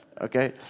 okay